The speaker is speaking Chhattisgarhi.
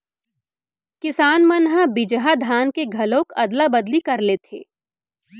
किसान मन ह बिजहा धान के घलोक अदला बदली कर लेथे